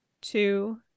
two